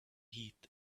heat